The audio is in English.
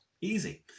Easy